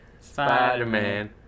Spider-Man